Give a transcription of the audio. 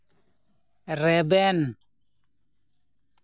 ᱨᱮᱵᱮᱱ